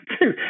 two